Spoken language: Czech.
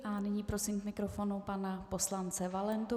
A nyní prosím k mikrofonu pana poslance Valentu.